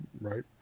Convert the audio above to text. right